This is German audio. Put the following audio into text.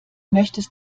möchtest